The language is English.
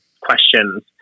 questions